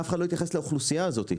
אף אחד לא התייחס לאוכלוסייה הזאת.